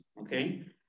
Okay